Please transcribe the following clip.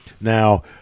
Now